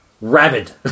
rabid